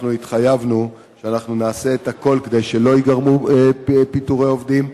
אנחנו התחייבו שנעשה את הכול כדי שלא ייגרמו פיטורי עובדים,